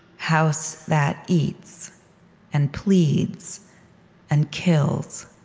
house that eats and pleads and kills.